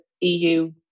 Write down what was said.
EU